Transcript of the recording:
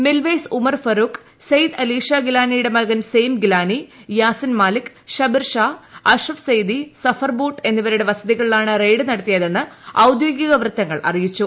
മിൽവേയ്സ് ഉമർ ഫറൂഖ് സെയ്ദ് അലിഷാ ഗിലാനിയുടെ മകൻ സെയിംഗിലാനി യാസിൻ മാലിക് ഷബിർ ഷാ അഷ്റഫ് സെയ്ദി സഫർ ബൂട്ട് എന്നിവരുടെ വസതികളിലാണ് റെയ്ഡ് നടത്തിയതെന്ന് ഔദ്യോഗിക വൃത്തങ്ങൾ അറിയിച്ചു